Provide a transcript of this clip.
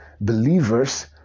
believers